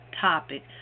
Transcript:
topic